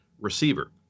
receiver